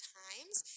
times